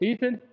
Ethan